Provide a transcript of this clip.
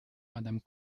madame